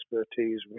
expertise